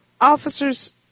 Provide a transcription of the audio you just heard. officers